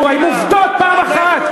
עם קשקשנות לא בונים מדינה,